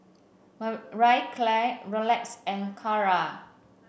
Marie Claire Rolex and Kara